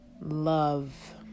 love